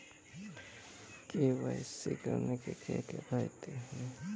KYC करने के क्या क्या फायदे हैं?